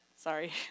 sorry